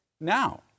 now